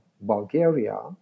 Bulgaria